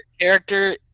character